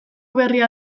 berria